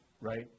right